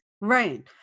right